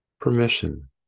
permission